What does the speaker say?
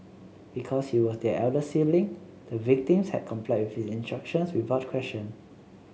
because he was their elder sibling the victims had complied with instructions without question